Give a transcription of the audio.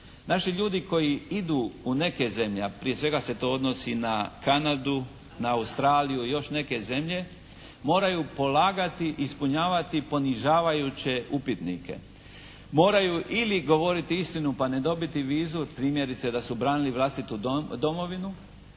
Naši ljudi koji idu u neke zemlje, a prije svega se to odnosi na Kanadu, na Australiju i još neke zemlje, moraju polagati i ispunjavati ponižavajuće upitnike. Moraju ili govoriti istinu pa ne dobiti vizu primjerice da su branili vlastitu domovinu